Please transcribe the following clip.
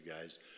guys